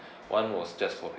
one was just for